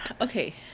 okay